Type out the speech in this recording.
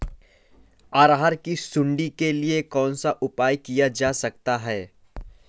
अरहर की सुंडी के लिए कौन सा उपाय किया जा सकता है?